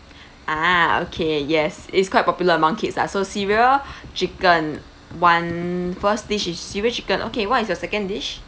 ah okay yes it's quite popular among kids lah so cereal chicken [one] first dish is cereal chicken okay what is your second dish